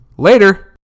Later